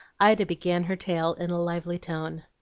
ida began her tale in a lively tone.